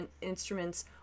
instruments